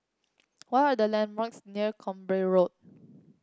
what are the landmarks near Camborne Road